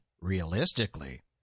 realistically